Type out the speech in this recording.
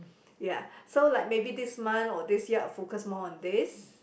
ya so like maybe this month or this year I focus more on this